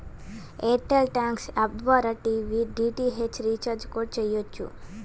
air tell thanks app ద్వారా TV DTH recharge కూడా చెయ్యొచ్చు